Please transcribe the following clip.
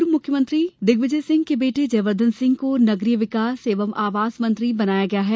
पूर्व मुख्यमंत्री दिग्विजय सिंह के बेटे जयवर्धन सिंह को नगरीय विकास एवं आवास मंत्री बनाया गया है